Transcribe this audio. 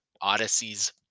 odyssey's